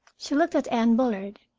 she looked at anne bullard,